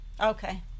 Okay